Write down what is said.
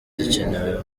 zikenewe